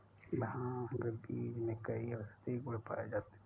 भांग बीज में कई औषधीय गुण पाए जाते हैं